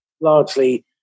Largely